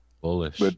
Bullish